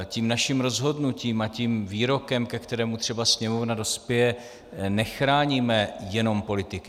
Tím naším rozhodnutím a výrokem, ke kterému třeba Sněmovna dospěje, nechráníme jenom politiky.